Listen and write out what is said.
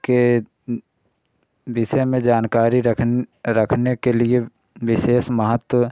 के विषय में जानकारी रखन रखने के लिए विशेष महत्व